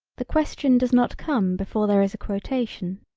the question does not come before there is a quotation.